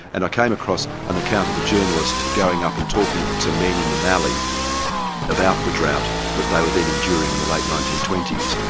and i came across an account of a journalist going up and talking to men in the mallee about the drought that they were then enduring in the late nineteen twenty s.